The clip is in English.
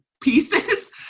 pieces